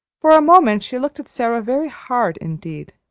for a moment she looked at sara very hard indeed,